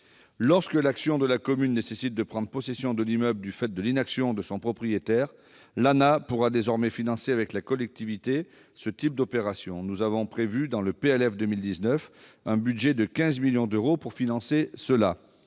Lorsque l'action de la commune nécessite de prendre possession de l'immeuble du fait de l'inaction de son propriétaire, l'ANAH pourra désormais financer avec la collectivité ce type d'opération. Nous avons ainsi prévu, dans le PLF pour 2019, un budget de 15 millions d'euros à ce titre.